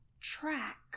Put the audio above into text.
track